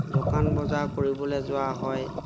দোকান বজাৰ কৰিবলৈ যোৱা হয়